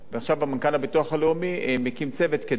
מנכ"ל הביטוח הלאומי מקים צוות כדי לבחון,